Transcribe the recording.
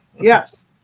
Yes